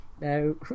No